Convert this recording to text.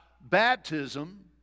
baptism